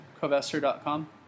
Covester.com